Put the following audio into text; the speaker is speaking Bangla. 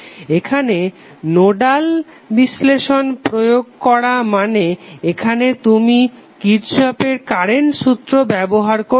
এখানে নোডাল বিশ্লেষণ প্রয়োগ করা মানে এখানে তুমি কিরর্শফের কারেন্ট সূত্র Kirchhoff's current law ব্যবহার করছো